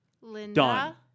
Linda